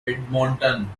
edmonton